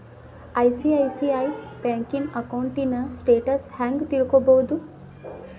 ICICI ಬ್ಯಂಕಿನ ಅಕೌಂಟಿನ್ status ಹೆಂಗ್ ತಿಳ್ಕೊಬೊದು?